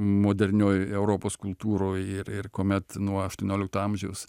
modernioj europos kultūroj ir ir kuomet nuo aštuoniolikto amžiaus